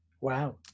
Wow